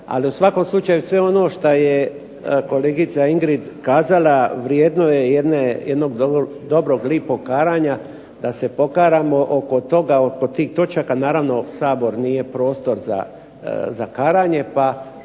Ali u svakom slučaju sve ono što je kolegica Ingrid kazala vrijedno je jednog dobrog lipog karanja da se pokaramo oko toga, oko tih točaka, naravno Sabor nije prostor za karanje